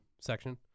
section